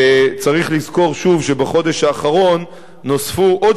צריך לזכור שוב שבחודש האחרון נוספו עוד